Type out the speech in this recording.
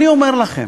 אני אומר לכם,